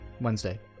Wednesday